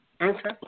Okay